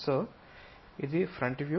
so ఇది front view